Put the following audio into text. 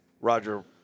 Roger